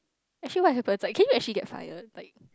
actually what you expect like can you actually get fire like